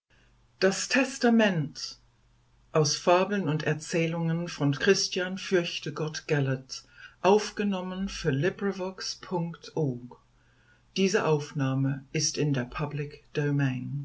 das testament erschlichen